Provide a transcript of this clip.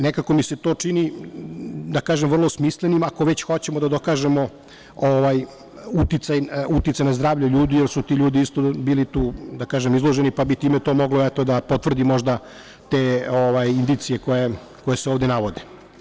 Nekako mi se to čini vrlo smislenim, ako već hoćemo da dokažemo uticaj na zdravlje ljudi, jer su ti ljudi bili izloženi, pa bi time to moglo da potvrdi te indicije koje se ovde navode.